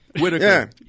Whitaker